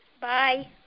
Bye